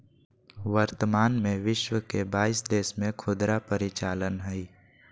वर्तमान में विश्व के बाईस देश में खुदरा परिचालन हइ